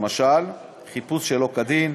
למשל חיפוש שלא כדין,